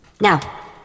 Now